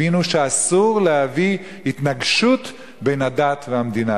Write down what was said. הבינו שאסור להביא התנגשות בין הדת והמדינה.